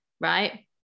right